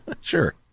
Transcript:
Sure